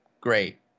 great